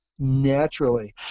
naturally